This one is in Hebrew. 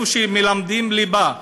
איפה שמלמדים ליבה,